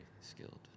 skilled